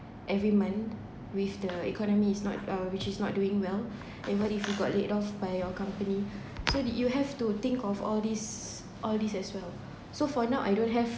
every month with the economy is not uh which is not doing well even if you got laid off by your company so did you have to think of all these all these as well so for now I don't have